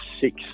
six